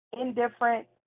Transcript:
indifferent